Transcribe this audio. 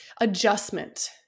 adjustment